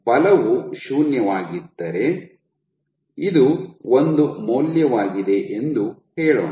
ಬಲವು ಶೂನ್ಯವಾಗಿದ್ದರೆ ಇದು ಒಂದು ಮೌಲ್ಯವಾಗಿದೆ ಎಂದು ಹೇಳೋಣ